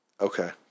Okay